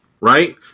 right